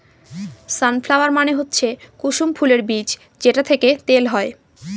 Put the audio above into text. সান flower মানে হচ্ছে কুসুম ফুলের বীজ যেটা থেকে তেল হয়